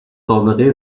سابقه